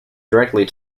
directly